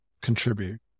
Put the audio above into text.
contribute